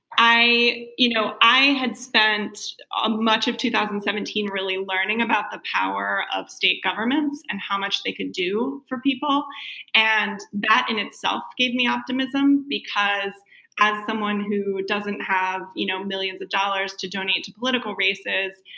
i you know i had spent ah much of two thousand and seventeen really learning about the power of state governments and how much they could do for people and that in itself gave me optimism because as someone who doesn't have you know millions of dollars to donate to political races,